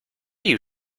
you